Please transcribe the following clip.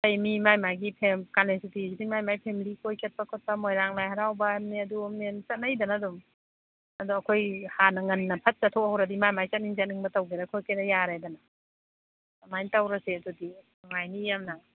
ꯑꯩ ꯃꯤ ꯃꯥꯒꯤ ꯃꯥꯏꯒꯤ ꯀꯥꯂꯦꯟ ꯁꯨꯇꯤ ꯍꯧꯖꯤꯛ ꯃꯥꯒꯤ ꯃꯥꯒꯤ ꯐꯦꯝꯂꯤ ꯀꯣꯏ ꯆꯠꯄ ꯈꯣꯠꯄ ꯃꯣꯏꯔꯥꯡ ꯂꯥꯏ ꯍꯔꯥꯎꯕ ꯍꯥꯏꯕꯅꯦ ꯑꯗꯨ ꯑꯃꯅꯦ ꯆꯠꯅꯩꯗꯅ ꯑꯗꯨꯝ ꯑꯗꯣ ꯑꯩꯈꯣꯏ ꯍꯥꯟꯅ ꯉꯟꯅ ꯐꯠ ꯆꯠꯊꯣꯛ ꯍꯧꯔꯗꯤ ꯃꯥꯒꯤ ꯃꯥꯒꯤ ꯆꯠꯅꯤꯡ ꯆꯠꯅꯤꯡꯕ ꯇꯧꯒꯦꯔꯥ ꯈꯣꯠꯀꯦꯔꯥ ꯌꯥꯔꯦꯗꯅ ꯑꯗꯨꯃꯥꯏꯅ ꯇꯧꯔꯁꯦ ꯑꯗꯨꯗꯤ ꯅꯨꯡꯉꯥꯏꯅꯤ ꯌꯥꯝꯅ